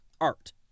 art